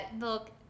look